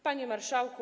Panie Marszałku!